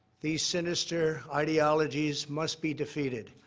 these sinister ideologies must be defeated.